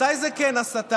מתי זה כן הסתה?